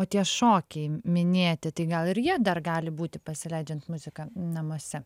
o tie šokiai minėti tai gal ir jie dar gali būti pasileidžiant muziką namuose